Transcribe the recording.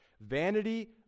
Vanity